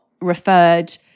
referred